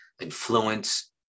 influence